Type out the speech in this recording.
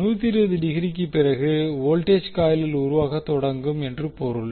120 டிகிரிக்குப் பிறகு வோல்டேஜ் காயிலில் உருவாகத் தொடங்கும் என்று பொருள்